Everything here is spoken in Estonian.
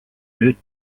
nüüd